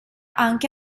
anche